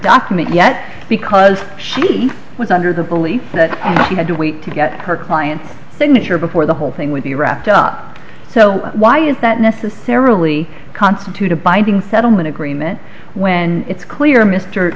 document yet because she was under the belief that she had to wait to get her client signature before the whole thing would be wrapped up so why is that necessarily constitute a binding settlement agreement when it's clear m